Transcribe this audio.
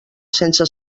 sense